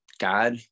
God